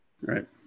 right